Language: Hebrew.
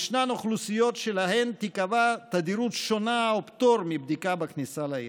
ישנן אוכלוסיות שלהן תיקבע תדירות שונה או פטור מבדיקה בכניסה לעיר.